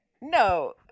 no